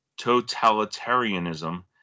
totalitarianism